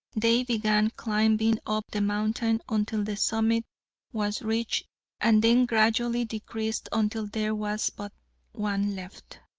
they began climbing up the mountain until the summit was reached and then gradually decreased until there was but one left.